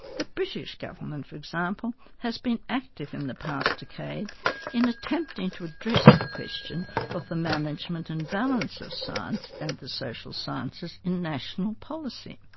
the british government for example has been active in the past decade in attempting to address the question of the management and balance of science and the social sciences in national policy.